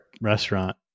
restaurant